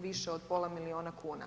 više od pola milijuna kuna.